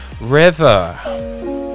River